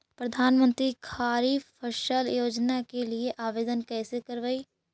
प्रधानमंत्री खारिफ फ़सल योजना के लिए आवेदन कैसे करबइ?